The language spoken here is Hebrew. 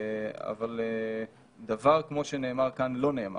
אבל דבר כמו שנאמר כאן לא נאמר.